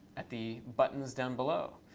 at the buttons down below.